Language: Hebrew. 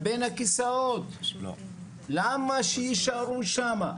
בין הכיסאות, למה שיישארו שמה?